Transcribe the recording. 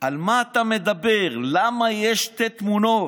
על מה אתה מדבר, למה יש שתי תמונות?